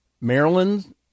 Maryland